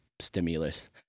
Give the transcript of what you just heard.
stimulus